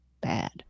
bad